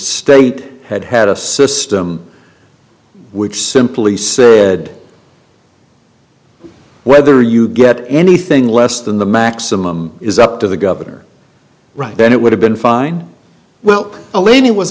state had had a system which simply said whether you get anything less than the maximum is up to the governor right then it would have been fine well alina was